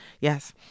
yes